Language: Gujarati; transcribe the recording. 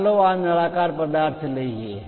ચાલો આ નળાકાર પદાર્થ લઈએ